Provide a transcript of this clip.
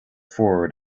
forward